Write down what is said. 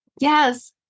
yes